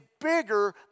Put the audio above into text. bigger